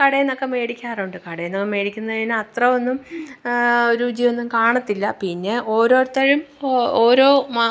കടേന്നൊക്കെ മേടിക്കാറുണ്ട് കടേന്ന് മേടിക്കുന്നതിന് അത്ര ഒന്നും രുചിയൊന്നും കാണത്തില്ല പിന്നെ ഓരോരുത്തരും ഓരോ മ